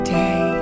day